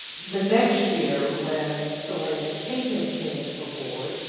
the next year, when elaina kagan came aboard,